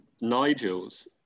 Nigel's